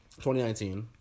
2019